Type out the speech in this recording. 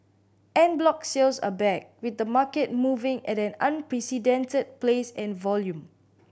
en bloc sales are back with the market moving at an unprecedented pace and volume